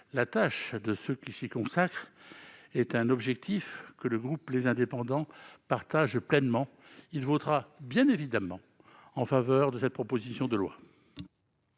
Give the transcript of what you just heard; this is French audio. la tâche de ceux qui s'y consacrent est un objectif que le groupe Les Indépendants partage pleinement. Il votera donc bien évidemment en faveur de cette proposition de loi.